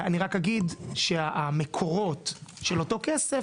אני רק אגיד שהמקורות של אותו כסף,